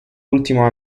ultimo